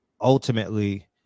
ultimately